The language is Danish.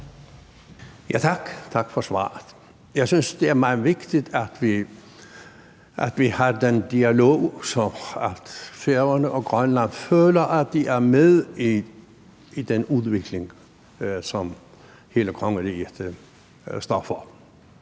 tak for svaret. Jeg synes, det er meget vigtigt, at vi har den dialog, så Færøerne og Grønland føler, at de er med i den udvikling, som hele kongeriget står for.